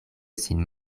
sin